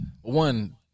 one